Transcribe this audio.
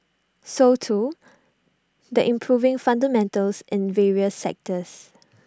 so too the improving fundamentals in various sectors